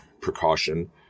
precaution